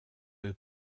eux